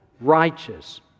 righteous